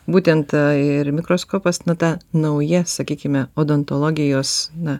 būtent a ir mikroskopas nu ta nauja sakykime odontologijos na